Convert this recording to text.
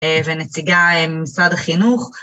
ונציגה ממשרד החינוך.